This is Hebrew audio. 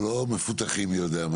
יומי.